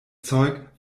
zeug